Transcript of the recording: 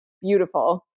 beautiful